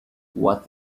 what